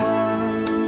one